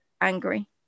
angry